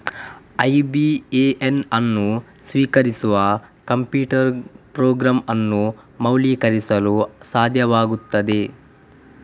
IBAN ಅನ್ನು ಸ್ವೀಕರಿಸುವ computer program ಅನ್ನು ಮೌಲ್ಯೀಕರಿಸಲು ಸಾಧ್ಯವಾಗುತ್ತದೆ